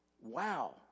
Wow